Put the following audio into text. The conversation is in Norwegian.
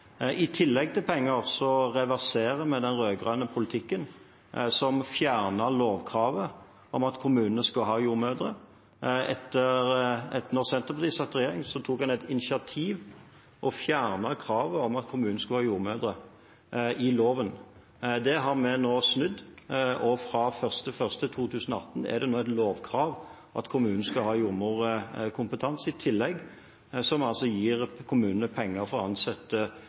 I tillegg til penger reverserer vi den rød-grønne politikken som fjernet lovkravet om at kommunene skal ha jordmødre. Da Senterpartiet satt i regjering, tok en et initiativ og fjernet kravet i loven om at kommunen skulle ha jordmødre. Det har vi nå snudd. Fra 1. januar 2018 er det et lovkrav at kommunen skal ha jordmorkompetanse, i tillegg til at vi gir kommunene penger til å ansette